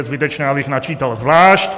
To je zbytečné, abych načítal zvlášť.